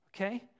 okay